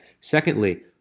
Secondly